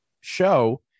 show